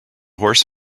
horse